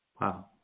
Wow